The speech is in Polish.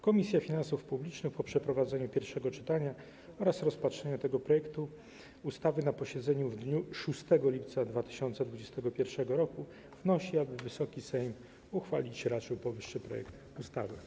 Komisja Finansów Publicznych po przeprowadzeniu pierwszego czytania oraz rozpatrzeniu tego projektu ustawy na posiedzeniu w dniu 6 lipca 2021 r. wnosi, aby Wysoki Sejm uchwalić raczył powyższy projekt ustawy.